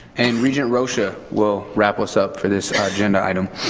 and regent rosha will wrap us up for this agenda item.